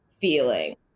Feeling